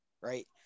right